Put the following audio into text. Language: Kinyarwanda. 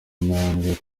intambwe